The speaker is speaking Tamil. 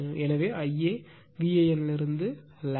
எனவேIa VAN இலிருந்து லேக்